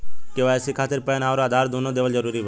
KYC खातिर PAN आउर आधार दुनों देवल जरूरी बा?